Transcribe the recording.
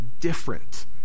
different